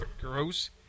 Gross